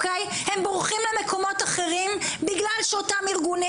שבורחים למקומות אחרים בגלל שאותם ארגוני